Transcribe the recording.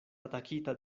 atakita